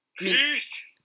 Peace